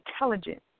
intelligent